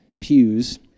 pews